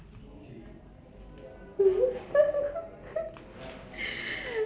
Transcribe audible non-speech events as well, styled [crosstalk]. [laughs]